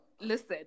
Listen